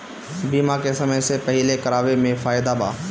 बीमा के समय से पहिले करावे मे फायदा बा